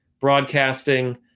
broadcasting